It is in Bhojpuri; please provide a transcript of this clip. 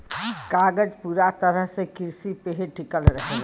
कागज पूरा तरह से किरसी पे ही टिकल रहेला